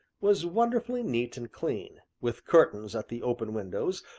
was wonderfully neat and clean, with curtains at the open windows,